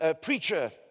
preacher